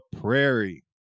prairie